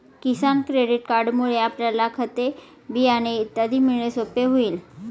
किसान credit कार्डमुळे आपल्याला खते, बियाणे इत्यादी मिळणे सोपे होईल